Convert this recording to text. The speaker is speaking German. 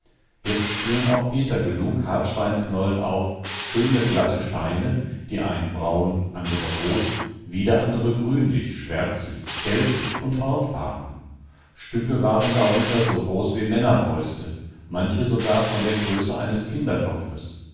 jetzt fielen auch peter genug hartsteinknollen auf schöne glatte steine die einen braun andere rot wieder andere grünlich schwärzlich gelblich und hornfarben stücke waren darunter so groß wie männerfäuste manche sogar von der größe eines kinderkopfes